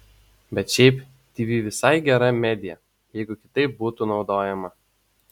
bet šiaip tv visai gera medija jeigu kitaip būtų naudojama